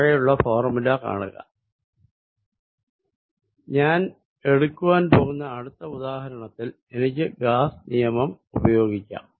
താഴെയുള്ള ഫോർമുല കാണുക ഞാൻ എടുക്കുവാൻ പോകുന്ന അടുത്ത ഉദാഹരണത്തിൽ നമുക്ക് ഗാസ് നിയമം ഉപയോഗിക്കാം